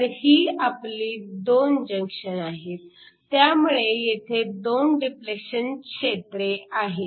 तर ही आपली २ जंक्शन आहेत त्यामुळे येथे २ डिप्लेशन क्षेत्रे आहेत